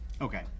Okay